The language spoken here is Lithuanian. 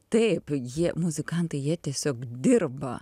taip jie muzikantai jie tiesiog dirba